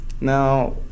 Now